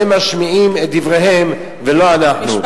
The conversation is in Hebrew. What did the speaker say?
הם המשמיעים את דבריהם, ולא אנחנו.